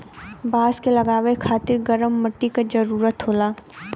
बांस क लगावे खातिर गरम मट्टी क जरूरत होला